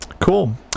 Cool